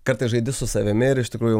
kartais žaidi su savimi ir iš tikrųjų